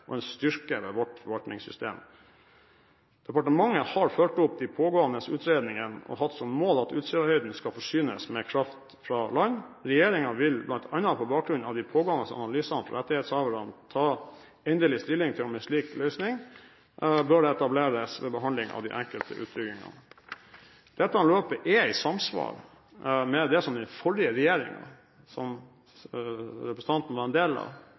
og en styrke ved vårt forvaltningssystem. Departementet har fulgt opp de pågående utredningene og hatt som mål at Utsira-høyden skal forsynes med kraft fra land. Regjeringen vil, bl.a. på bakgrunn av de pågående analysene fra rettighetshaverne, ta endelig stilling til om en slik løsning bør etableres ved behandling av de enkelte utbyggingene. Dette løpet er i samsvar med det den forrige regjeringen, som representanten var en del av,